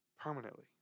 permanently